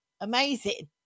amazing